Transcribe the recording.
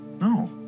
No